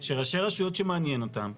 שראשי רשויות שמעניין אותם,